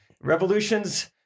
Revolutions